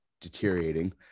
deteriorating